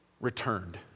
returned